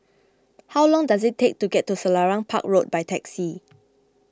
how long does it take to get to Selarang Park Road by taxi